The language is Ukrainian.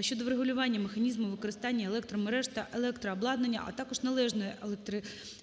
щодо врегулювання механізму використання електромереж та електрообладнання, а також належної електрифікації на